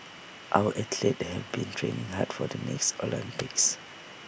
our athletes have been training hard for the next Olympics